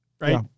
right